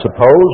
suppose